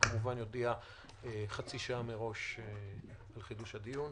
אנחנו כמובן נודיע חצי שעה מראש לחידוש הדיון.